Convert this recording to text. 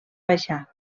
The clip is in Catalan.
baixar